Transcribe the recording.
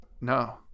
No